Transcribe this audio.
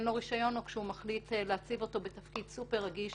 לו רישיון או כשהוא מחליט להציב אותו בתפקיד סופר רגיש